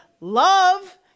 love